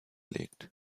gelegt